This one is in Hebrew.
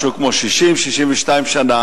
משהו כמו 60 62 שנה,